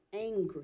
angry